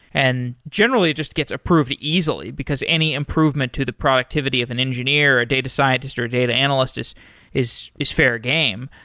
and generally it just gets approved easily, because any improvement to the productivity of an engineer or a data scientist or a data analyst is is fair game.